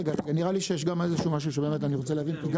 נראה לי שיש גם איזה משהו שבאמת אני רוצה להבין.